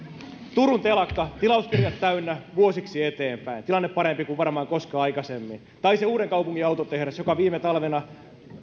turun telakka tilauskirjat täynnä vuosiksi eteenpäin tilanne parempi kuin varmaan koskaan aikaisemmin tai se uudenkaupungin autotehdas joka viime talvena